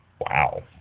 Wow